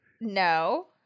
No